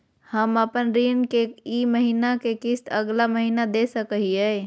हम अपन ऋण के ई महीना के किस्त अगला महीना दे सकी हियई?